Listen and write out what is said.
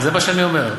זה מה שאני אומר.